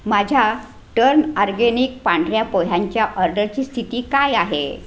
माझ्या turn organic पांढऱ्या पोह्यांच्या ऑर्डरची स्थिती काय आहे